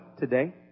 today